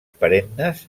perennes